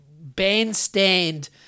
bandstand